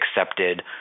accepted